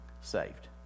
saved